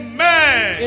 Amen